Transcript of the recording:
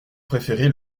préféré